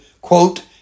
quote